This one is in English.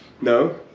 No